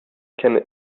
kenne